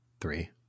three